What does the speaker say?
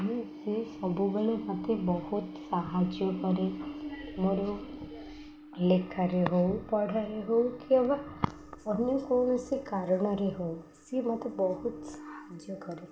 ମୁଁ ସେ ସବୁବେଳେ ମତେ ବହୁତ ସାହାଯ୍ୟ କରେ ମୋର ଲେଖାରେ ହଉ ପଢ଼ାରେ ହଉ କିବା ଅନ୍ୟ କୌଣସି କାରଣରେ ହଉ ସିଏ ମତେ ବହୁତ ସାହାଯ୍ୟ କରେ